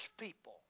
people